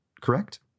correct